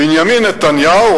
בנימין נתניהו,